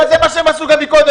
אבל זה מה שהם עשו גם קודם,